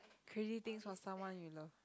crazy things for someone you love